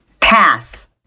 Pass